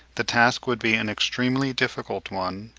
the task would be an extremely difficult one,